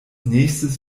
nächstes